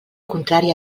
contrari